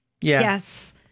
yes